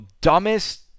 dumbest